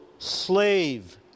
slave